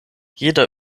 jeder